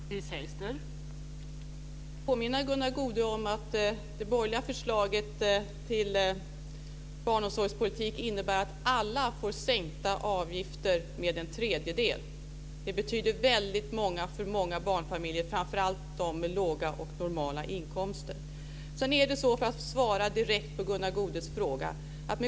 Fru talman! Låt mig påminna Gunnar Goude om att det borgerliga förslaget till barnomsorgspolitik innebär att alla får sänkta avgifter med en tredjedel. Det betyder väldigt mycket för många barnfamiljer, framför allt för dem med låga och normala inkomster. Sedan är det svårt att svara direkt på Gunnar Goudes fråga.